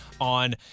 on